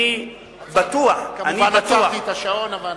כמובן, עצרתי את השעון.